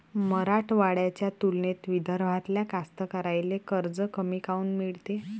मराठवाड्याच्या तुलनेत विदर्भातल्या कास्तकाराइले कर्ज कमी काऊन मिळते?